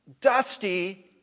dusty